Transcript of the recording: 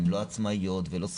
הן לא עצמאיות ולא שכירות,